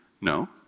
No